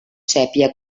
sépia